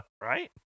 right